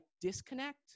disconnect